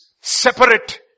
separate